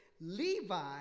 Levi